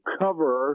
cover